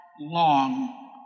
long